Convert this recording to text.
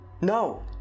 No